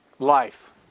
life